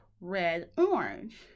red-orange